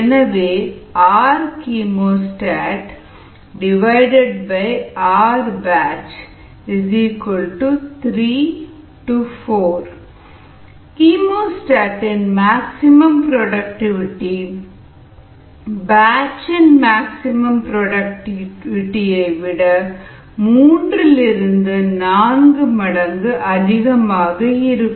RchemostatRbatch 3 to4 chemostat இன் maximum productivity batch இன் maximum productivity விட 3 4 மடங்கு அதிகமாக இருக்கும்